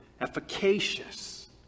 efficacious